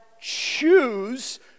choose